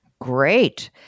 Great